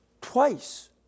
Twice